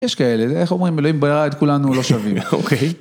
יש כאלה, איך אומרים אלוהים ברא את כולנו לא שווים, אוקיי?